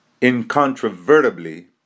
incontrovertibly